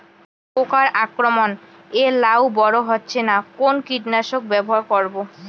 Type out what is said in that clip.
পোকার আক্রমণ এ লাউ বড় হচ্ছে না কোন কীটনাশক ব্যবহার করব?